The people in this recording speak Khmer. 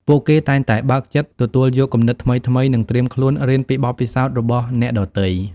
ពួកគេតែងតែបើកចិត្តទទួលយកគំនិតថ្មីៗ និងត្រៀមខ្លួនរៀនពីបទពិសោធន៍របស់អ្នកដទៃ។